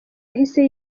yahise